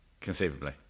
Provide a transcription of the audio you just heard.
conceivably